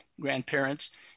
grandparents